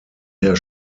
der